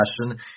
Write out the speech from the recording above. question